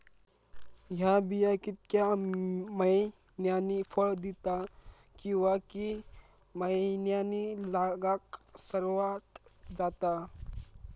हया बिया कितक्या मैन्यानी फळ दिता कीवा की मैन्यानी लागाक सर्वात जाता?